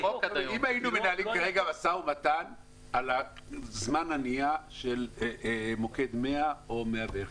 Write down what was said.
אם היינו מנהלים כרגע משא-ומתן על הזמן של מוקד 100 או 101,